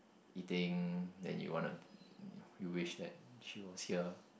eating then you wanna you wish that she was here